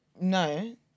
No